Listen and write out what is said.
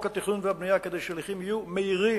התכנון והבנייה כדי שההליכים יהיו מהירים.